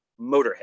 motorhead